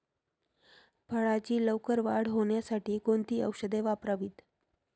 फळाची लवकर वाढ होण्यासाठी कोणती औषधे वापरावीत?